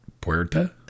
Puerta